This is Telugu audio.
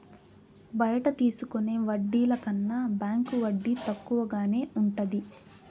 బయట తీసుకునే వడ్డీల కన్నా బ్యాంకు వడ్డీ తక్కువగానే ఉంటది